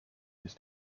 ist